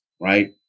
right